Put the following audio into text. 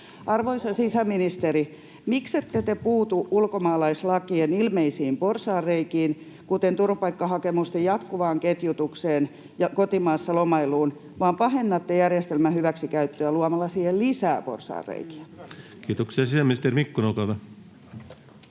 Arvoisa sisäministeri, miksette te puutu ulkomaalaislakien ilmeisiin porsaanreikiin, kuten turvapaikkahakemusten jatkuvaan ketjutukseen ja kotimaassa lomailuun, vaan pahennatte järjestelmän hyväksikäyttöä luomalla siihen lisää porsaanreikiä? Kiitoksia. — Sisäministeri Mikkonen,